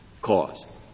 cause